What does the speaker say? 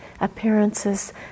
appearances